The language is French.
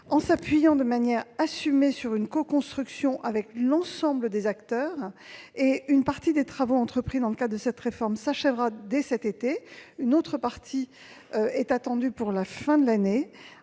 travaillé de manière assumée en coconstruction avec l'ensemble des acteurs. Une partie des travaux entrepris dans le cadre de cette réforme s'achèvera dès cet été, l'autre partie devant être terminée pour la fin de l'année.